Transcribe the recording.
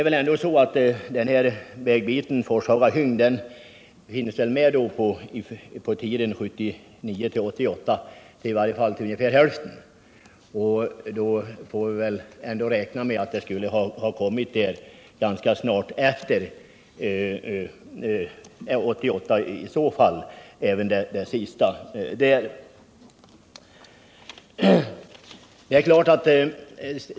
Vägbiten Forshaga-Hyn hinns väl med under tiden 1979-1988, i varje fall till ungefär hälften, och då får man väl räkna med att även det sista kommer ganska snart efter 1988.